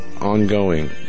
ongoing